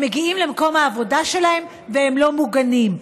הם מגיעים למקום העבודה שלהם והם לא מוגנים.